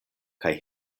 kaj